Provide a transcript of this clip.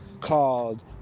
called